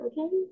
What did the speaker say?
okay